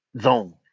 zone